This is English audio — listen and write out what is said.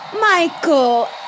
Michael